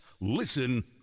Listen